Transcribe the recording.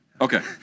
Okay